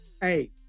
hey